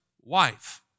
wife